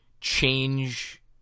change